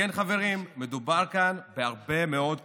כן, חברים, מדובר כאן בהרבה מאוד כסף.